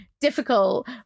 difficult